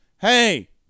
hey